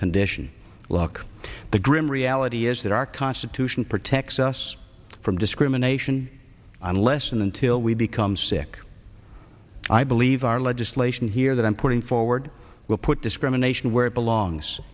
condition look the grim reality is that our constitution protects us from discrimination unless and until we become sick i believe our legislation here that i'm putting forward will put discrimination where it belongs